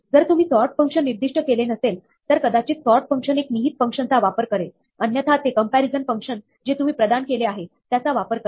जर तुम्ही sort function निर्दिष्ट केले नसेल तर कदाचित सॉर्ट फंक्शन एक निहित फंक्शन चा वापर करेल अन्यथा ते कम्पॅरिझन फंक्शन जे तुम्ही प्रदान केले आहे त्याचा वापर करेल